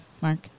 Mark